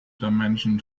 dimension